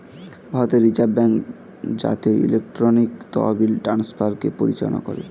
ভারতের reserve bank জাতীয় electronic তহবিল ট্রান্সফারকে পরিচালনা করে